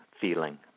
feeling